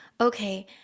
okay